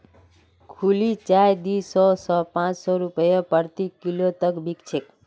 खुली चाय दी सौ स पाँच सौ रूपया प्रति किलो तक बिक छेक